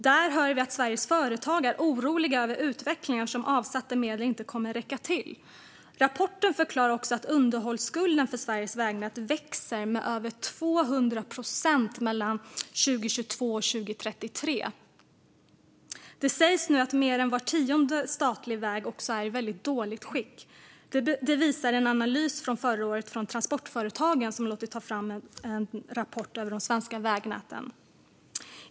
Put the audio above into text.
Där hör vi att Sveriges företag är oroliga över utvecklingen eftersom avsatta medel inte kommer att räcka till. Rapporten förklarar också att underhållsskulden för Sveriges vägnät växer med över 200 procent mellan 2022 och 2033. Det sägs nu att mer än var tionde statlig väg är i mycket dåligt skick. Det visar en analys från Transportföretagen, som förra året lät ta fram en rapport över det svenska vägnätet.